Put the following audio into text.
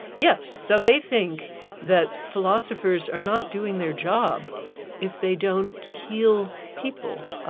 yes, so they think that philosophers are not doing their job if they don't heal people.